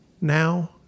now